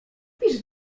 pisz